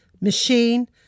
machine